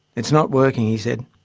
it's not working he said.